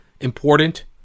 Important